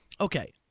Okay